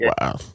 Wow